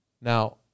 now